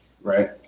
right